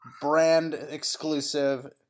brand-exclusive